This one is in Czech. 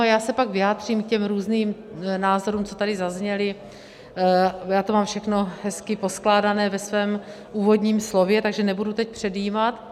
Já se pak vyjádřím k těm různým názorům, co tady zazněly, já to mám všechno hezky poskládané ve svém úvodním slově, takže nebudu teď předjímat.